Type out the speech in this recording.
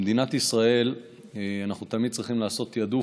במדינת ישראל אנחנו תמיד צריכים לעשות תעדוף,